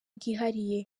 bwihariye